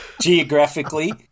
geographically